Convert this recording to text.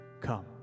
come